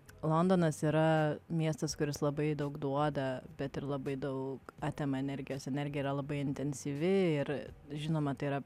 londonas yra miestas kuris labai daug duoda bet ir labai daug atima energijos energija yra labai intensyvi ir žinoma tai yra